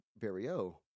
barrio